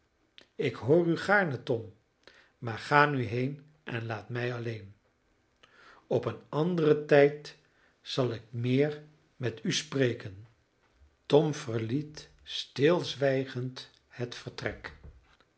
ik hoor u gaarne tom maar ga nu heen en laat mij alleen op een anderen tijd zal ik meer met u spreken tom verliet stilzwijgend het vertrek